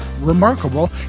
remarkable